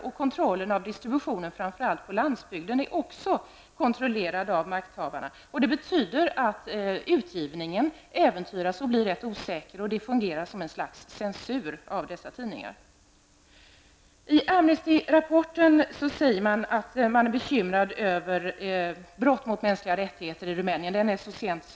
Även kontrollen över distributionen, framför allt på landsbygden, finns hos makthavarna. Detta betyder att utgivningen äventyras och blir rätt osäker. Detta fungerar som en slags censur av dessa tidningar. I Amnestyrapporten, som kom så sent som i oktober, säger man att man är bekymrad över brott mot mänskliga rättigheter i Rumänien.